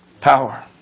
Power